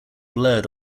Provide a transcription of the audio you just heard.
blurred